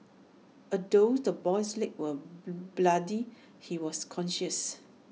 although the boy's legs were bloodied he was conscious